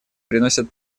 приносят